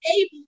able